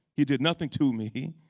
he did nothing to me.